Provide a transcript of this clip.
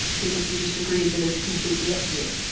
because we just agreed that it's completely up to you.